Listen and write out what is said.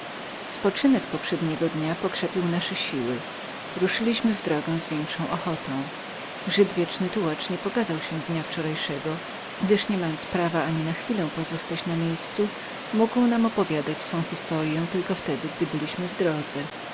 spoczynek poprzedzającego dnia pokrzepił nasze siły ruszyliśmy w drogę z większą odwagą żyd wieczny tułacz nie pokazał się dnia wczorajszego gdyż niemając prawa ani na chwilę pozostać na miejscu nie mógł nam opowiadać jak tylko wtedy gdy sami byliśmy w drodze